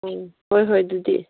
ꯑꯥ ꯍꯣꯏ ꯍꯣꯏ ꯑꯗꯨꯗꯤ